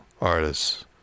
artists